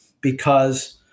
because-